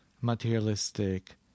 materialistic